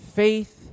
faith